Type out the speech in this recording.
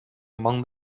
among